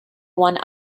one